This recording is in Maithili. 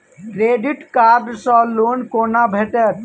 क्रेडिट कार्ड सँ लोन कोना भेटत?